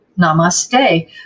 namaste